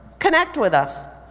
connect with us.